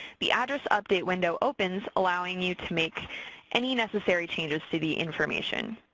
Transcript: the address update window opens allowing you to make any necessary changes to the information.